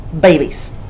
babies